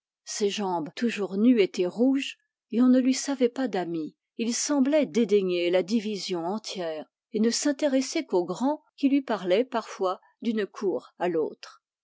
ses jambes toujours nues étaient rouges on ne lui savait pas d amis il semblait dédaigner la division en tière et ne s intéresser qu'aux grands qui lui parlaient parfois d'une cour à l'autre